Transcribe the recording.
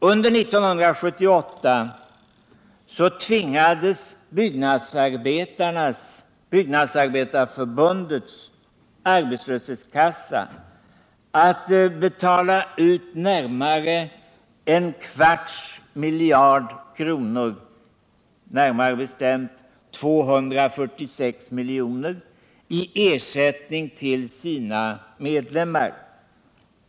Under 1978 tvingades Byggnadsarbetareförbundets arbetslöshetskassa att betala ut närmare en kvarts miljard kronor, närmare bestämt 246 milj.kr., i ersättning till sina medlemmar.